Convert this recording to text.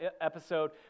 episode